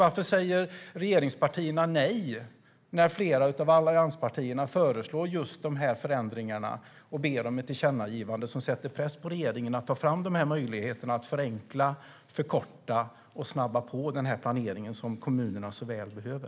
Varför säger regeringspartierna nej när flera av allianspartierna föreslår just de här förändringarna och ber om ett tillkännagivande som sätter press på regeringen att ta fram möjligheter att förenkla, förkorta och snabba på den planering som kommunerna så väl behöver?